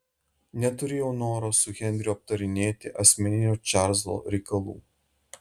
neturėjau noro su henriu aptarinėti asmeninių čarlzo reikalų